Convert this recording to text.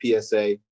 PSA